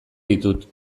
ditut